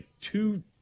two